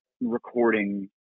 recording